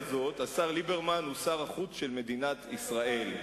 השר ליברמן הוא שר החוץ של מדינת ישראל.